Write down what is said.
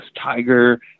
tiger